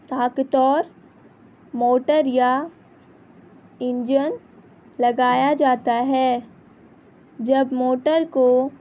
طاقتور موٹر یا انجن لگایا جاتا ہے جب موٹر کو